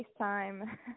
FaceTime